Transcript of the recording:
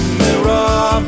mirror